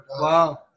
Wow